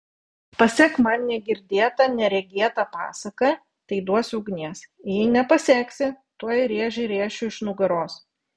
pasek man negirdėtą neregėtą pasaką tai duosiu ugnies jei nepaseksi tuoj rėžį rėšiu iš nugaros